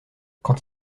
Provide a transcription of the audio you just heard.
quand